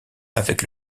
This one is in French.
avec